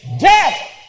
death